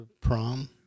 prom